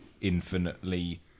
infinitely